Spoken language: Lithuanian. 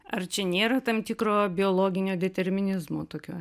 ar čia nėra tam tikro biologinio determinizmo tokio